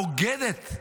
בוגדת.